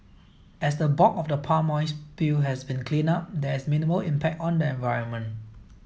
as the bulk of the palm oil spill has been cleaned up there is minimal impact on the environment